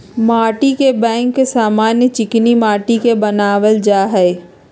माटीके बैंक समान्य चीकनि माटि के बनायल जाइ छइ